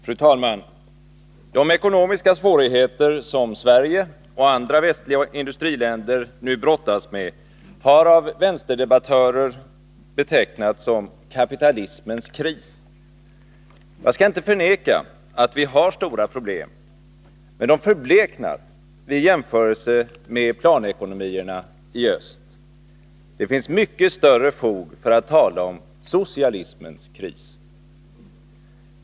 Fru talman! De ekonomiska svårigheter som Sverige och andra västliga industriländer nu brottas med har av vänsterdebattörer betecknats som ”kapitalismens kris”. Jag skall inte förneka att vi har stora problem, men de förbleknar vid en jämförelse med planekonomierna i öst. Det finns mycket större fog för att tala om ”socialismens kris”.